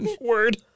Word